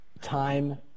Time